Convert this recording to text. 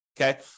Okay